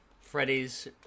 Freddy's